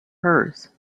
hers